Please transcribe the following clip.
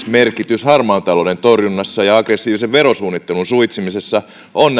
merkitys varsinkin harmaan talouden torjunnassa ja aggressiivisen verosuunnittelun suitsimisessa on